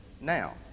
now